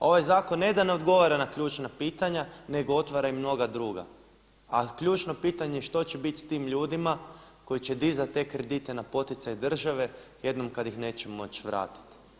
Ovaj zakon ne da ne odgovara na ključna pitanja nego otvara i mnoga druga a ključno je pitanje što će biti s tim ljudima koji će dizati te kredite na poticaj države jednom kada ih neće moći vratiti?